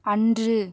அன்று